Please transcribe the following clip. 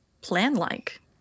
plan-like